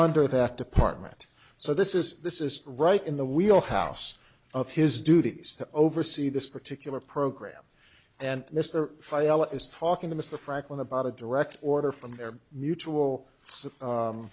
under that department so this is this is right in the wheel house of his duties to oversee this particular program and mr file is talking to mister franklin about a direct order from their